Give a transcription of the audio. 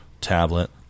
tablet